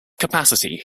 capacity